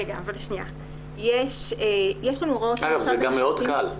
אגב, זה גם מאוד קל.